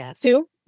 Two